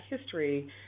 history